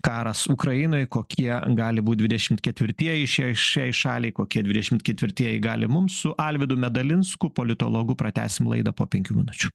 karas ukrainoj kokie gali būt dvidešim ketvirtieji šiai šiai šaliai kokie dvidešimt ketvirtieji gali mums su alvydu medalinskui politologu pratęsim laidą po penkių minučių